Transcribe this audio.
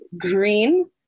green